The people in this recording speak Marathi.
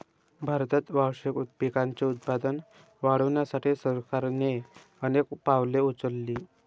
भारतात वार्षिक पिकांचे उत्पादन वाढवण्यासाठी सरकारने अनेक पावले उचलली